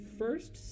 first